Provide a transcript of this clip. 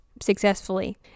successfully